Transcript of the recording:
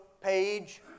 page